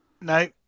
No